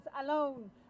alone